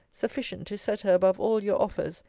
sufficient to set her above all your offers,